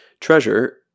Treasure